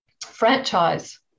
franchise